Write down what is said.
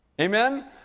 Amen